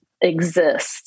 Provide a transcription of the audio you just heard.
exist